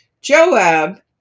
Joab